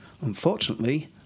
unfortunately